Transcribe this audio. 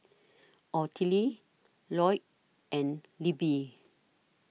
Ottilie Lloyd and Libbie